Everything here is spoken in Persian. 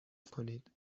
کنید